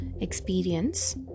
experience